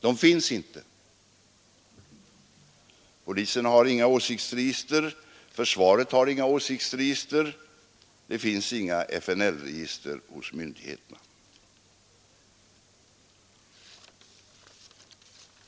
Det finns inte längre. Polisen har inga åsiktsregister, försvaret har inga åsiktsregister, det finns inga FNL-register hos myndigheterna!